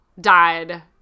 died